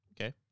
Okay